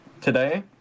Today